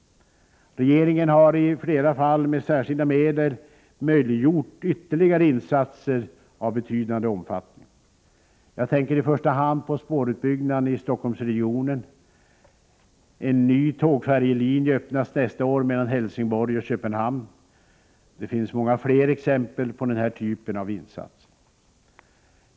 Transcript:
Regeringen har i flera fall med särskilda medel möjliggjort ytterligare insatser av betydande omfattning. Jag tänker i första hand på spårutbyggnaden i Stockholmsregionen. En ny tågfärjelinje öppnas nästa år mellan Helsingborg och Köpenhamn. Det finns många fler exempel på den här typen av insatser.